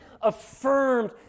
affirmed